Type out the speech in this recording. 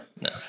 No